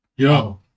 Yo